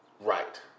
right